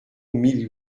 mille